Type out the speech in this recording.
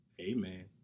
amen